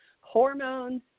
Hormones